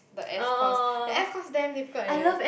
the S course the S course damn difficult eh